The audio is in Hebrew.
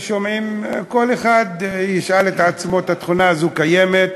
כל אחד ישאל את עצמו אם התכונה הזאת קיימת,